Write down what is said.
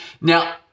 Now